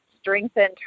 strengthened